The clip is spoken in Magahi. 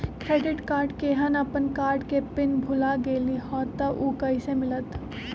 क्रेडिट कार्ड केहन अपन कार्ड के पिन भुला गेलि ह त उ कईसे मिलत?